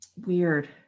Weird